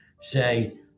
Say